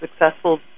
successful